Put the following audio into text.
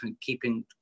keeping